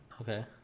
okay